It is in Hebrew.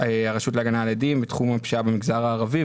הרשות להגנה על עדים בתחום הפשיעה במגזר הערבי,